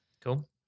Cool